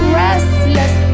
restless